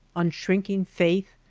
unshrinking faith,